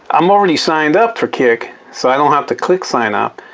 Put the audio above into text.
i'm already signed up for kik so i don't have to click sign up,